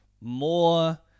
more